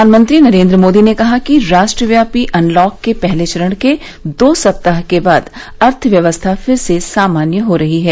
प्रधानमंत्री नरेन्द्र मोदी ने कहा है कि राष्ट्रव्यापी अनलॉक के पहले चरण के दो सप्ताह के बाद अर्थव्यवस्था फिर से सामान्य हो रही है